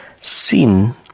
sin